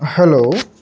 hello